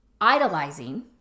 idolizing